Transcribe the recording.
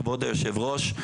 כבוד יושב הראש,